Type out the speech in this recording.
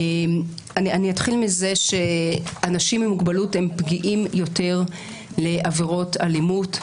אני אתחיל בזה שאנשים עם מוגבלות הם פגיעים יותר לעבירות אלימות.